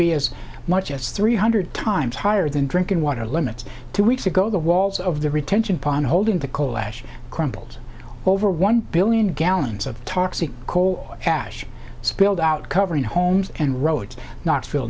be as much as three hundred times higher than drinking water limits two weeks ago the walls of the retention pond holding the coal ash crumpled over one billion gallons of toxic coal ash spilled out covering homes and roads knoxville